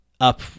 up